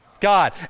God